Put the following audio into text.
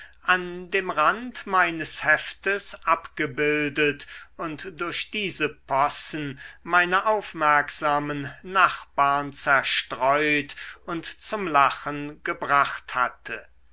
an dem rand meines heftes abgebildet und durch diese possen meine aufmerksamen nachbarn zerstreut und zum lachen gebracht hatte